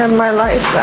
ah my life